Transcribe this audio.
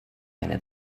eine